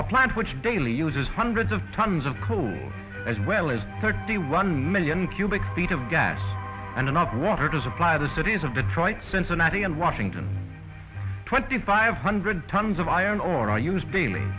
a plant which daily uses hundreds of tons of cool as well as thirty one million cubic feet of gas and enough water to supply the cities of detroit cincinnati and washington twenty five hundred tons of iron ore are used daily